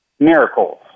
Miracles